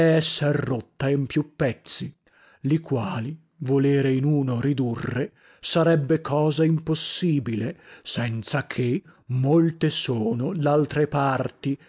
rotta in più pezzi li quali volere in uno ridurre sarebbe cosa impossibile senza che molte sono laltre parti